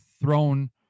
thrown